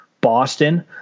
Boston